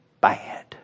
bad